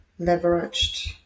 leveraged